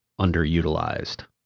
underutilized